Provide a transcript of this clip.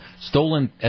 stolen